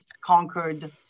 conquered